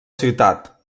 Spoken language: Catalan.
ciutat